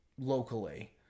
locally